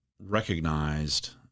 recognized